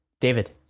David